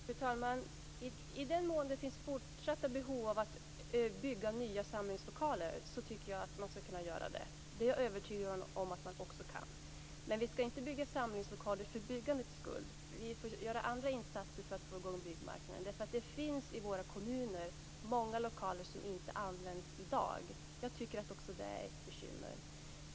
Fru talman! I den mån det finns fortsatta behov av att bygga nya samlingslokaler så tycker jag att man skall kunna göra det. Det är jag övertygad om att man också kan. Men vi skall inte bygga samlingslokaler för byggandets skull. Vi får göra andra insatser för att få i gång byggmarknaden. Det finns ju i våra kommuner många lokaler som inte används i dag. Jag tycker att också det är ett bekymmer.